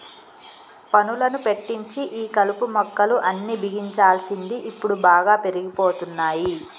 పనులను పెట్టించి ఈ కలుపు మొక్కలు అన్ని బిగించాల్సింది ఇప్పుడు బాగా పెరిగిపోతున్నాయి